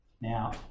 Now